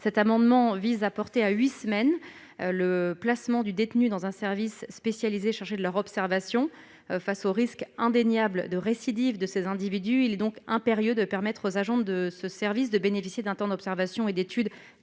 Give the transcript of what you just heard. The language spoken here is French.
Cet amendement vise à porter à huit semaines le placement du détenu dans le service spécialisé chargé de son observation. Face aux risques indéniables de récidive de ces individus, il est impérieux de permettre aux agents de ce service de bénéficier d'un temps d'observation et d'étude